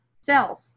self